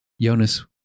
Jonas